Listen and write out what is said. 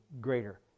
greater